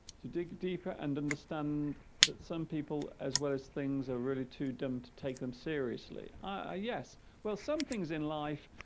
to dig deeper and understand that some people as well as things are really too dumb to take them seriously ah yes well some things in life